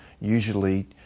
usually